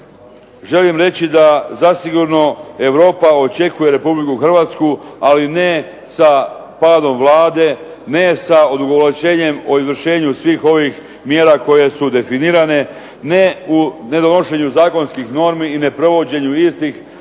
Želim reći da zasigurno Europa očekuje Republiku Hrvatsku ali ne sa padom Vlade, ne sa odugovlačenjem o izvršenju svih ovih mjera koje su definirane, ne u nedonošenju zakonskih normi i neprovođenju istih, ne